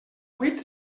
buit